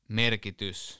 merkitys